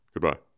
Goodbye